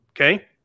Okay